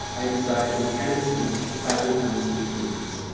i desire incandescence of fragile tungsten filaments.